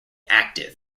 active